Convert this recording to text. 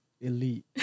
Elite